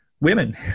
women